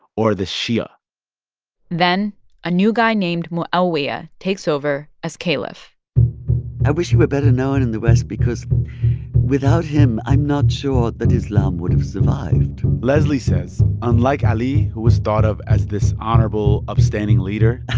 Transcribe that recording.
or the shia then a new guy named muawiyah takes over as caliph i wish he were better known in the west because without him, i'm not sure that islam would have survived lesley says, unlike ali, who was thought of as this honorable, upstanding leader.